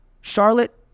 Charlotte